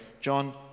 John